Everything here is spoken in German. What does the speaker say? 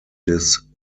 des